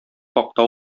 хакта